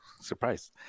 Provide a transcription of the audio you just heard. surprise